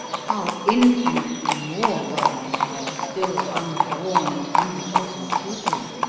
how infinitely more wrong to your still unborn and unbegotten children!